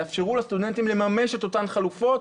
יאפשרו לסטודנטים לממש את אותן חלופות,